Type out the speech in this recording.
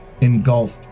engulfed